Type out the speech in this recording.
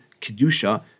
Kedusha